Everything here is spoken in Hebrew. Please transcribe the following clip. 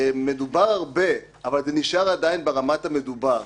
מדובר הרבה אבל זה נשאר עדין ברמת המדובר